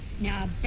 now